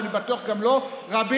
ואני בטוח שגם רבים,